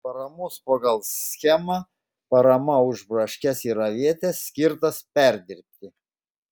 paramos pagal schemą parama už braškes ir avietes skirtas perdirbti